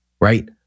Right